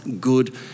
good